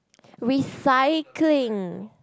recycling